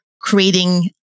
creating